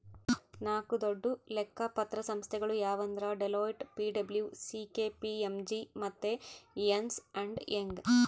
ನಾಕು ದೊಡ್ಡ ಲೆಕ್ಕ ಪತ್ರ ಸಂಸ್ಥೆಗುಳು ಯಾವಂದ್ರ ಡೆಲೋಯ್ಟ್, ಪಿ.ಡಬ್ಲೂ.ಸಿ.ಕೆ.ಪಿ.ಎಮ್.ಜಿ ಮತ್ತೆ ಎರ್ನ್ಸ್ ಅಂಡ್ ಯಂಗ್